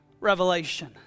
revelation